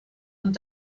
und